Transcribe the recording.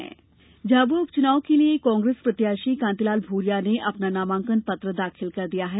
झाबुआ उपचुनाव झाबुआ उपचुनाव के लिए कांग्रेस प्रत्याशी कांतिलाल भूरिया ने अपना नामांकन दाखिल कर दिया है